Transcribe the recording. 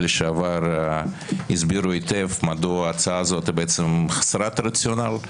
לשעבר הסבירו היטב מדוע ההצעה הזאת חסרת רציונל.